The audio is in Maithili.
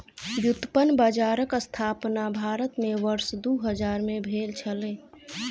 व्युत्पन्न बजारक स्थापना भारत में वर्ष दू हजार में भेल छलै